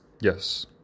Yes